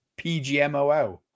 PGMOL